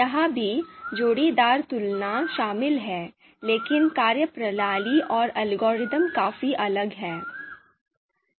यहाँ भी जोड़ीदार तुलना शामिल है लेकिन कार्यप्रणाली और एल्गोरिथ्म काफी अलग है